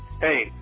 Hey